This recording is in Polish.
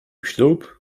ślub